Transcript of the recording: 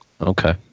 Okay